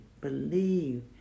believe